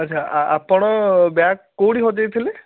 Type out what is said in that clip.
ଆଚ୍ଛା ଆପଣ ବ୍ୟାଗ୍ କେଉଁଠି ହଜାଇ ଥିଲେ